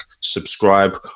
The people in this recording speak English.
subscribe